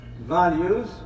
values